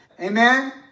Amen